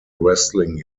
wrestling